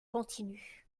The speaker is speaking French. continus